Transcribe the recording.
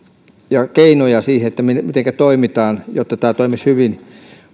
ja keinoja siihen mitenkä toimitaan jotta tämä toimisi hyvin